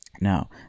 now